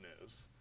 news